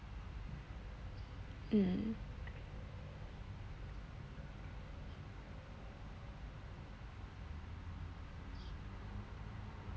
um